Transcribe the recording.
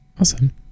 Awesome